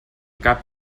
cap